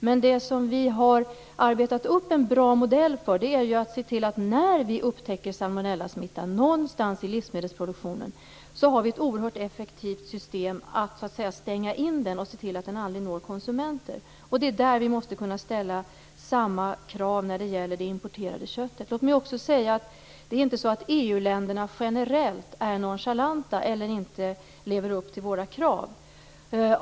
Men vi har arbetat upp en bra modell. När vi upptäcker salmonellasmitta någonstans i livsmedelsproduktionen har vi ett oerhört effektivt system för att stänga in den och se till att den aldrig når konsumenter. Det är i det avseendet vi måste kunna ställa samma krav när det gäller det importerade köttet. Låt mig också säga att det inte är så att EU länderna generellt är nonchalanta eller inte lever upp till våra krav.